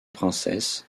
princesse